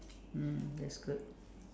mm that's good